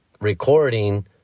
recording